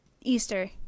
Easter